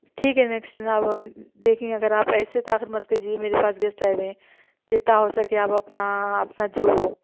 ٹھیک ہے نیکسٹ نا دیکھیں اگر آپ ایسے تاخیر مت کریے میرے پاس گیسٹ آئے ہوئے ہیں جتنا ہو سکے آپ اپنا اپنا جو